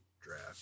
draft